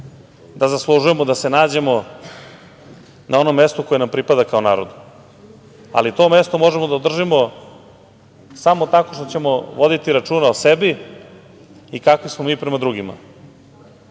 da zaslužujemo da se nađemo na onom mestu koje nam pripada kao narodu. To mesto možemo da održimo samo tako što ćemo voditi računa o sebi i kakvi smo mi prema drugima.